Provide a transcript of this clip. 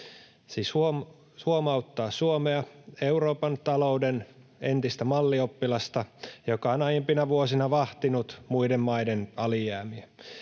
siis huomauttaa Suomea, Euroopan talouden entistä mallioppilasta, joka on aiempina vuosina vahtinut muiden maiden alijäämiä.